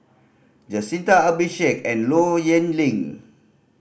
Jacintha and Low Yen Ling